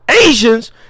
asians